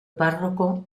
párroco